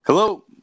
Hello